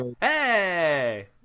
Hey